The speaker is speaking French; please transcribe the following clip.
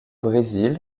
brésil